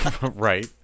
Right